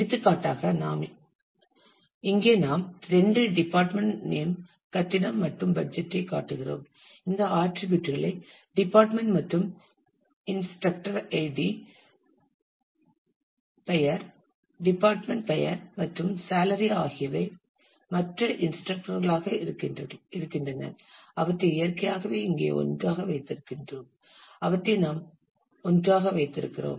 எடுத்துக்காட்டாக இங்கே நாம் இரண்டு டிபார்ட்மெண்ட் நேம் கட்டிடம் மற்றும் பட்ஜெட்டைக் காட்டுகிறோம் இந்த ஆட்டிரிபியூட் களை டிபார்ட்மெண்ட் மற்றும் இன்ஸ்ரக்டர் ஐடி பெயர் டிபார்ட்மெண்ட் பெயர் மற்றும் சேலரி ஆகியவை மற்ற இன்ஸ்ரக்டர் களாக இருக்கின்றன அவற்றை இயற்கையாகவே இங்கே ஒன்றாக வைத்திருக்கிறோம் அவற்றை அங்கு நாம் ஒன்றாக வைத்திருக்கிறோம்